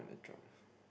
in a job